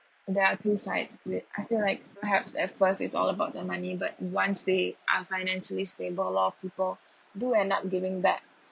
there are two sides to it I feel like perhaps at first it's all about the money but once they are financially stable all of people do end up giving back